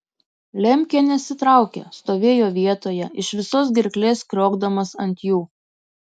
lemkė nesitraukė stovėjo vietoje iš visos gerklės kriokdamas ant jų